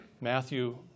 Matthew